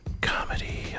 comedy